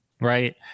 right